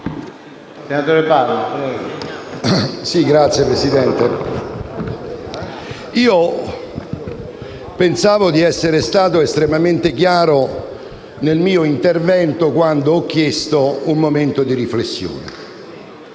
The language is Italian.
pensavo di essere stato estremamente chiaro nel mio intervento quando ho chiesto un momento di riflessione: